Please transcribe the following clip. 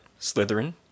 Slytherin